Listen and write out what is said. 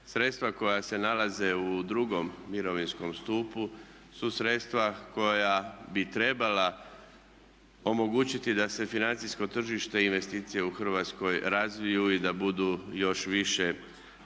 sredstva koja se nalaze u II. mirovinskom stupu su sredstva koja bi trebala omogućiti da se financijsko tržište i investicije u Hrvatskoj razviju i da budu još više na